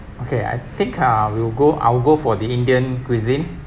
okay I think I'll we'll go I'll go for the indian cuisine